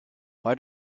why